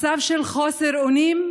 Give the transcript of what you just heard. מצב של חוסר אונים,